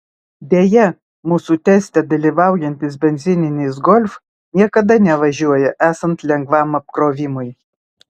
deja mūsų teste dalyvaujantis benzininis golf niekada nevažiuoja esant lengvam apkrovimui